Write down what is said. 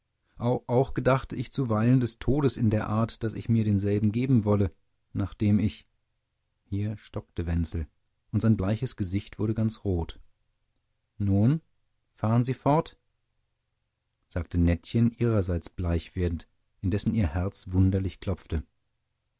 auch gedachte ich zuweilen des todes in der art daß ich mir denselben geben wolle nachdem ich hier stockte wenzel und sein bleiches gesicht wurde ganz rot nun fahren sie fort sagte nettchen ihrerseits bleich werdend indessen ihr herz wunderlich klopfte